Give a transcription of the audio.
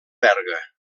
berga